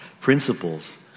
principles